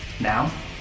Now